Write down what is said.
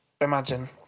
imagine